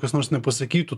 kas nors nepasakytų